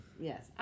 Yes